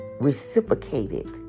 reciprocated